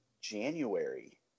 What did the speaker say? january